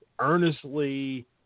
Earnestly